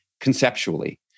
conceptually